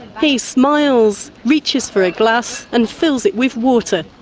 he smiles, reaches for a glass and fills it with water.